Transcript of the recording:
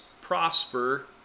prosper